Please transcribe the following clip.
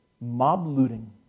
mob-looting